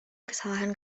kesalahan